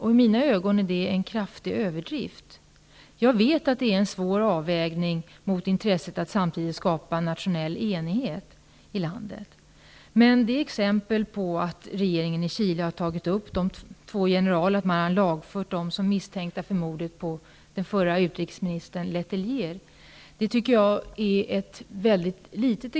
I mina ögon är det en kraftig överdrift. Jag vet att det är en svår avvägning mot intresset att samtidigt skapa nationell enighet i landet. Exemplet att regeringen i Chile har lagfört de två generalerna som misstänkta för mordet på den förra utrikesministern Letelier tycker jag är mycket litet.